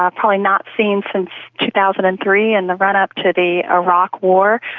um probably not seen since two thousand and three in the run up to the iraq war.